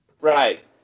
Right